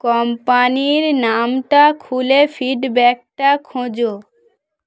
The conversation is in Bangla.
কোম্পানির নামটা খুলে ফিডব্যাকটা খোঁজো